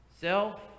Self